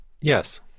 Yes